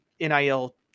nil